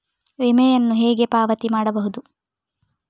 ವಿಮೆಯನ್ನು ಹೇಗೆ ಪಾವತಿ ಮಾಡಬಹುದು?